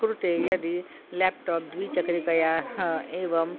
कृते यदि लेप्टाप् द्विचक्रिकायाः एवम्